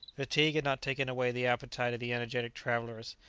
fatigue had not taken away the appetite of the energetic travellers,